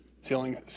ceiling